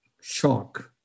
shock